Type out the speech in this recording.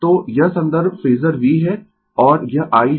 तो यह संदर्भ फेजर V है और यह I है